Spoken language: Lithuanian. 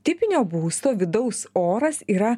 tipinio būsto vidaus oras yra